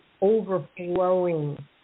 overflowing